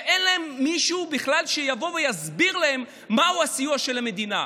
ואין להם מישהו שבכלל יבוא ויסביר להם מהו הסיוע של המדינה.